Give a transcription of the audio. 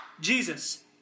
Jesus